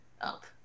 up